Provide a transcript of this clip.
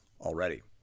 already